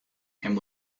and